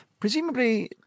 Presumably